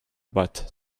but